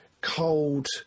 cold